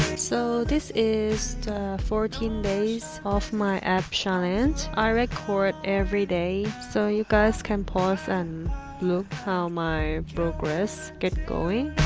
so this is the fourteen days of my abs challenge. i recorded every day so you guys can pause and look how my progress get going.